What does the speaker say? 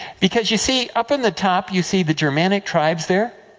because, you see, up in the top, you see the germanic tribes, there?